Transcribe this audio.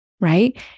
right